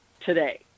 today